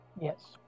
Yes